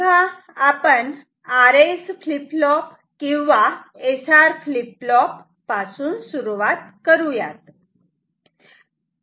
तेव्हा आपण RS flip flop किंवा SR फ्लीप फ्लोप पासून सुरुवात करूयात